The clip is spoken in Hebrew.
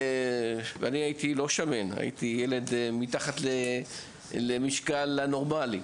הייתי ילד לא שמן, אפילו מתחת למשקל הנורמלי.